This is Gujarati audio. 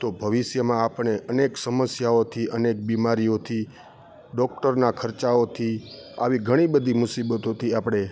તો ભવિષ્યમાં આપણે અનેક સમસ્યાઓથી અનેક બીમારીઓથી ડોક્ટરનાં ખર્ચાઓથી આવી ઘણીબધી મુસીબતોથી આપણે